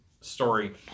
story